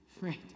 right